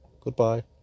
goodbye